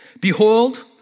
Behold